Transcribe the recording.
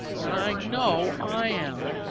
and i know i am!